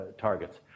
targets